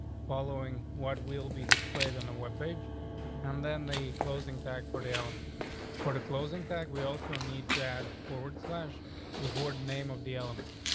following what we'll be displayed on the web page and then the closing tax for the element for the closing tack, we also need to add forward slash before the name of the element.